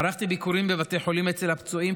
ערכתי ביקורים בבתי חולים אצל הפצועים,